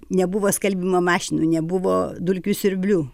nebuvo skalbimo mašinų nebuvo dulkių siurblių